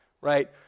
right